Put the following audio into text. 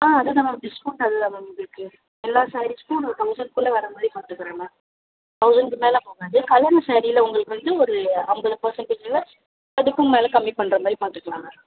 ஆ அது தான் ma'am discount அது தான் மேம் உங்களுக்கு எல்லா ஸேரீஸ்சுக்கும் உங்களுக்கு தவுசண்ட் குள்ளே வர மாதிரி பார்த்துக்குறேன் மேம் தவுசண்ட்க்கு மேலே போகாது கலர் ஸேரீயில் உங்களுக்கு வந்து ஒரு ஐம்பது பெர்சன்ட்டேஜ்ஜில் அதுக்கும் மேலே கம்மி பண்ணுற மாதிரி பார்த்துக்கலாம் மேம்